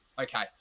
Okay